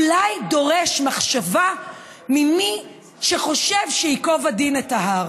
אולי דורש מחשבה ממי שחושב שייקוב הדין את ההר.